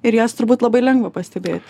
ir jas turbūt labai lengva pastebėt